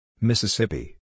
Mississippi